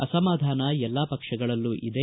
ಅಸಮಾಧಾನ ಎಲ್ಲ ಪಕ್ಷಗಳಲ್ಲೂ ಇದೆ